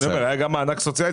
היה גם מענק סוציאלי.